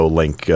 link